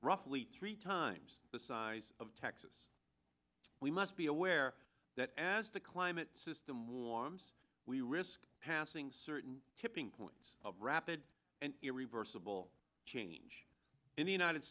roughly three times the size of texas we must be aware that as the climate system warms we risk passing certain tipping points of rapid and irreversible change in the united